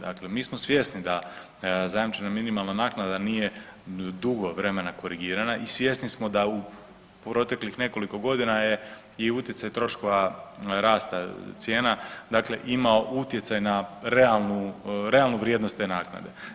Dakle mi smo svjesni da zajamčena minimalna naknada nije dugo vremena korigirana i svjesni smo da u proteklih nekoliko godina je i utjecaj troškova rasta cijena dakle imao utjecaj na realnu vrijednost te naknade.